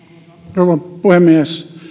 rouva puhemies